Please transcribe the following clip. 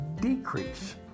decrease